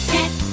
Get